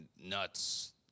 nuts